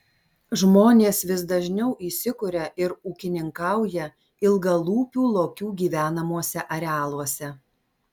žmonės vis dažniau įsikuria ir ūkininkauja ilgalūpių lokių gyvenamuose arealuose